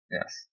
Yes